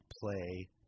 play